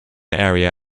area